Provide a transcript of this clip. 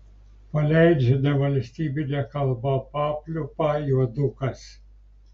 paleidžia nevalstybine kalba papliūpą juodukas